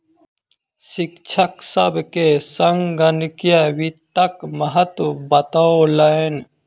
शिक्षक सभ के संगणकीय वित्तक महत्त्व बतौलैन